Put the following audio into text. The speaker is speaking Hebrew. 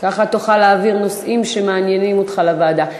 ככה תוכל להעביר נושאים שמעניינים אותך לוועדה.